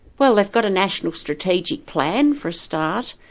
well they've got a national strategic plan for start,